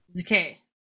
Okay